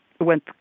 went